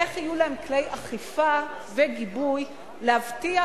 איך יהיו להם כלי אכיפה וגיבוי להבטיח